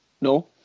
no